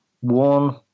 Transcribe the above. one